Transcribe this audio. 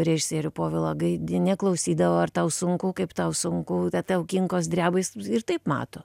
režisierių povilą gaidį neklausydavo ar tau sunku kaip tau sunku tau kinkos dreba jis ir taip mato